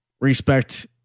respect